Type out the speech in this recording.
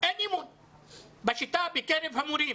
בקרב המורים.